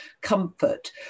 comfort